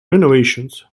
renovations